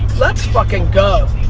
let's fucking go.